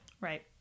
Right